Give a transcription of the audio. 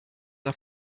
are